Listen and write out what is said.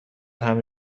همه